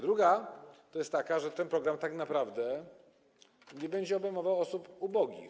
Druga jest taka, że ten program tak naprawdę nie będzie obejmował osób ubogich.